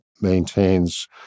maintains